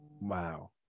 wow